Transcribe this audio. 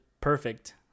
perfect